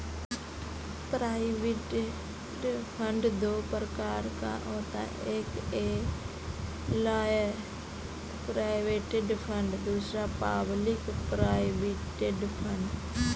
provident fund दो प्रकार का होता है एक एंप्लॉय प्रोविडेंट फंड दूसरा पब्लिक प्रोविडेंट फंड